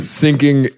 sinking